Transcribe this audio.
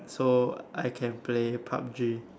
so I can play pub-G